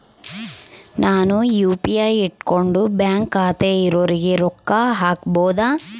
ನಾನು ಯು.ಪಿ.ಐ ಇಟ್ಕೊಂಡು ಬ್ಯಾಂಕ್ ಖಾತೆ ಇರೊರಿಗೆ ರೊಕ್ಕ ಹಾಕಬಹುದಾ?